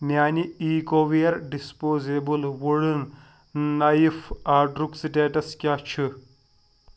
میٛانہِ Ecoware disposable wooden knife آڈرُک status کیٛاہ چھُ